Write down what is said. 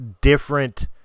different